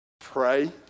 pray